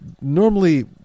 normally